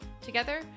Together